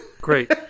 Great